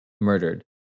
murdered